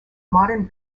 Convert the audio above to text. modern